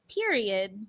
period